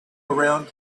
around